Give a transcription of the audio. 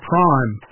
Prime